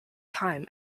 time